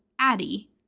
Addie